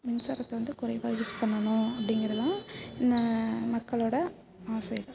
மின்சாரத்தை வந்து குறைவாக யூஸ் பண்ணணும் அப்படிங்கிறது தான் இந்த மக்களோடய ஆசைகள்